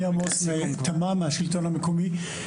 אני עמוס תמם מהשלטון המקומי,